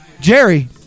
Jerry